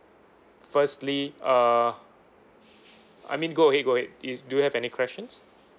firstly uh I mean go ahead go ahead is do you have any questions